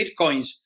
bitcoins